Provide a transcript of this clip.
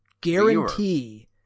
guarantee